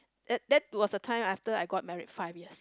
that that was the time after I got married five years